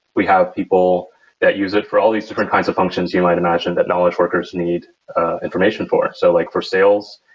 we have people that use it for all these different kinds of functions you might imagine that knowledge workers need information for. so like for sales,